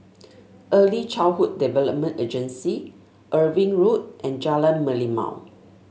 Early Childhood Development Agency Irving Road and Jalan Merlimau